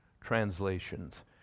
translations